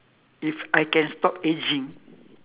if I can stop ageing